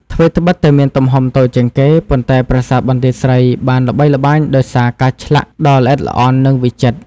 ថ្វីត្បិតតែមានទំហំតូចជាងគេ ប៉ុន្តែប្រាសាទបន្ទាយស្រីបានល្បីល្បាញដោយសារការឆ្លាក់ដ៏ល្អិតល្អន់ និងវិចិត្រ។